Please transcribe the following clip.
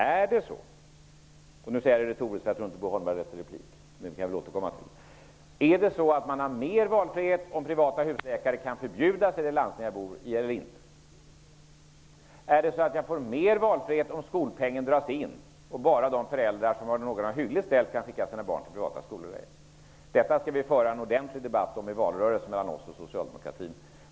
Är det så -- jag ställer frågan retoriskt, eftersom Bo Holmberg inte har rätt till någon ytterligare replik, men vi kan kanske återkomma -- att man har mer valfrihet eller inte om privata husläkare kan förbjudas av landstinget? Är det så, att det blir mer valfrihet om skolpengen dras in och bara de föräldrar som har någorlunda hyggligt ställt kan skicka sina barn till privata skolor? Detta skall det föras en ordentlig debatt om i valrörelsen mellan oss och socialdemokratin.